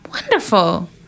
Wonderful